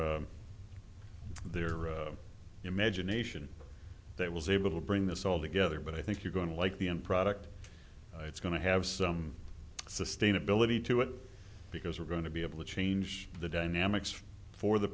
imagination that was able to bring this all together but i think you're going to like the end product it's going to have some sustainability to it because we're going to be able to change the dynamics for the